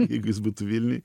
jeigu jis būtų vilniuj